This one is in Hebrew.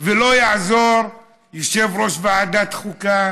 ולא יעזור, יושב-ראש ועדת החוקה,